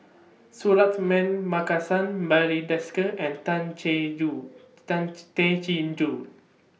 Suratman Markasan Barry Desker and Tan Chin Joo Tay Chin Joo